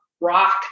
rock